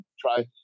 try